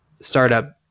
startup